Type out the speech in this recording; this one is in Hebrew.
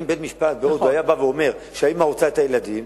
אם בית-משפט בהודו היה בא ואומר שהאמא רוצה את הילדים,